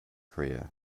korea